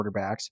quarterbacks